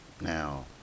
now